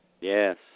Yes